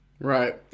Right